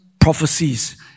prophecies